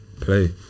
play